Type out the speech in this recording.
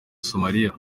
somalia